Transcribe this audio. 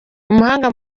umuhanga